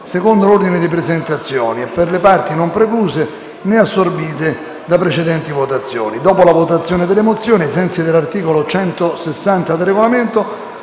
secondo l'ordine di presentazione e per le parti non precluse né assorbite da precedenti votazioni. Dopo la votazione delle mozioni, ai sensi dell'articolo 160 del Regolamento,